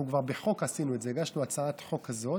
כבר עשינו את זה בחוק, הגשנו הצעת חוק כזאת,